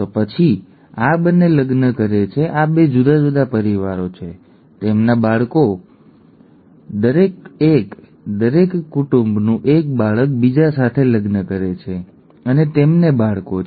તો પછી આ બંને લગ્ન કરે છે આ 2 જુદા જુદા પરિવારો છે તેમના બાળકો તેમના બાળકોમાં 2 દરેક એક દરેક કુટુંબનું એક બાળક બીજા સાથે લગ્ન કરે છે અને તેમને બાળકો છે